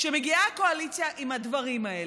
כשמגיעה קואליציה עם הדברים האלה,